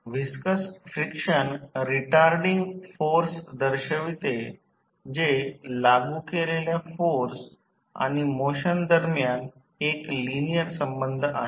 viscous friction retarding force दर्शवते जे लागू केलेल्या फोर्स आणि मोशन दरम्यान एक लिनिअर संबंध आहे